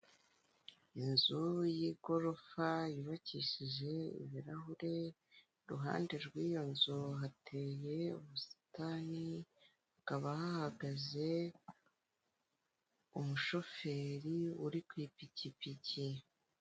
Inzu y'igorofa yubakishije ibirahure iruhande rw'iyo nzu hateye ubusitani hakaba hahagaze umushoferi uri ku ipikipiki.